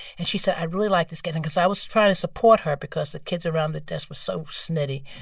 and she said, i really like this guy. because i was trying to support her because the kids around the desk were so snitty,